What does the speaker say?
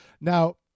Now